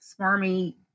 swarmy